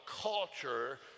culture